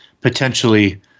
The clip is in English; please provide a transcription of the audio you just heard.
potentially